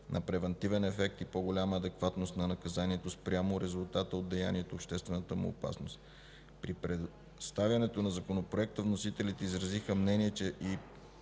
на превантивен ефект и по-голяма адекватност на наказанието спрямо резултата от деянието и обществената му опасност. При представянето на Законопроекта вносителите изразиха мнение, че